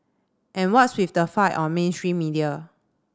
and what's with the fight on mainstream media